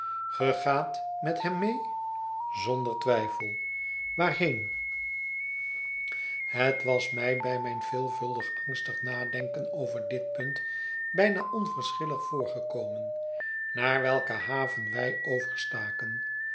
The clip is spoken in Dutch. gaat met hem mee zonder twijfel waarheen het was mij bij mijn veelvuldig angstig nadenken over dit punt bijna onverschillig voorgekomen naar welke haven wij overstaken